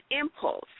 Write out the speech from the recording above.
impulse